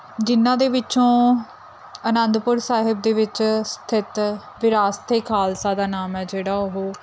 ਜਿਨ੍ਹਾਂ ਦੇ ਵਿੱਚੋਂ ਅਨੰਦਪੁਰ ਸਾਹਿਬ ਦੇ ਵਿੱਚ ਸਥਿਤ ਵਿਰਾਸਤ ਏ ਖਾਲਸਾ ਦਾ ਨਾਮ ਹੈ ਜਿਹੜਾ ਉਹ